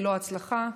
ללא הצלחה.